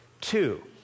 Two